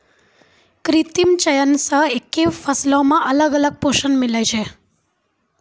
कृत्रिम चयन से एक्के फसलो मे अलग अलग पोषण मिलै छै